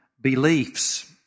beliefs